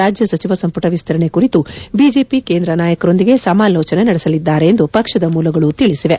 ರಾಜ್ಯ ಸಚಿವ ಸಂಪುಟ ವಿಸ್ತರಣೆ ಕುರಿತು ಬಿಜೆಪಿ ಕೇಂದ್ರ ನಾಯಕರೊಂದಿಗೆ ಸಮಾಲೋಚನೆ ನಡೆಸಲಿದ್ದಾರೆ ಎಂದು ಪಕ್ಷದ ಮೂಲಗಳೂ ತಿಳಿಸಿವೆ